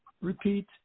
Repeat